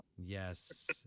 Yes